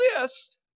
list